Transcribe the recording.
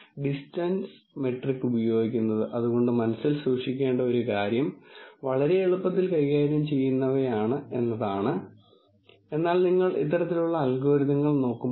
ഉത്തരങ്ങൾക്ക് അർത്ഥമില്ലെങ്കിൽ സാധാരണയായി ടെക്നിക്കിനെ കുറ്റപ്പെടുത്തുന്ന പ്രവണതയാണ് അത് ഒരു യഥാർത്ഥ ടെക്നിക്കല്ലത്തതാണ് പ്രശ്നം എന്ന കുറ്റപ്പെടുത്തൽ ഈ ഡാറ്റ മൾട്ടിപ്പിൾ ഡയമെൻഷനിൽ കാണാൻ കഴിയാത്തതിനാൽ നമ്മൾ ഉണ്ടാക്കിയ അനുമാനങ്ങളാണ് പ്രോബ്ളം